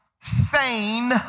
sane